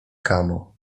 kamo